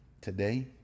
Today